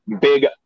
big